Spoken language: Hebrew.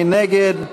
מי נגד?